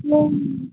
লোক